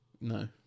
No